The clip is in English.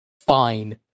fine